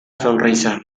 sonrisa